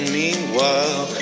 meanwhile